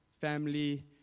family